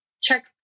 check